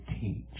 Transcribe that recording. teach